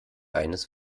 eines